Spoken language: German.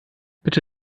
bitte